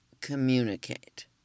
communicate